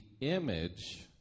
image